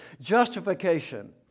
Justification